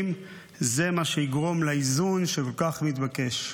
הם מה שיגרום לאיזון שכל כך מתבקש.